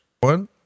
One